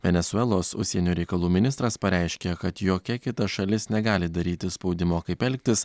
venesuelos užsienio reikalų ministras pareiškė kad jokia kita šalis negali daryti spaudimo kaip elgtis